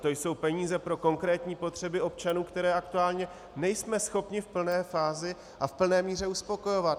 To jsou peníze pro konkrétní potřeby občanů, které aktuálně nejsme schopni v plné fázi a v plné míře uspokojovat.